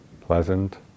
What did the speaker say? pleasant